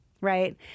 right